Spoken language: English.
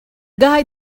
guy